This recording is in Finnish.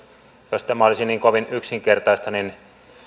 jos tämä olisi niin kovin yksinkertaista niin